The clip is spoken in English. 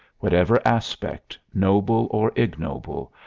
whatever aspect, noble or ignoble,